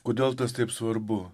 kodėl tas taip svarbu